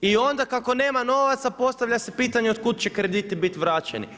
I onda kako nema novaca, postavlja se pitanje od kud će krediti biti vraćeni?